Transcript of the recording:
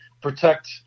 protect